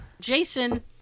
jason